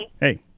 Hey